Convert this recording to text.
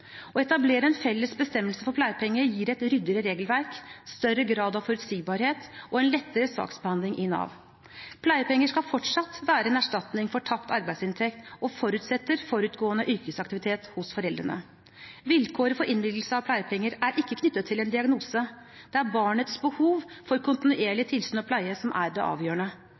Å etablere en felles bestemmelse for pleiepenger gir et mer ryddig regelverk, større grad av forutsigbarhet og en lettere saksbehandling i Nav. Pleiepenger skal fortsatt være en erstatning for tapt arbeidsinntekt og forutsetter forutgående yrkesaktivitet hos foreldrene. Vilkåret for innvilgelse av pleiepenger er ikke knyttet til en diagnose. Det er barnets behov for kontinuerlig tilsyn og pleie som er det avgjørende.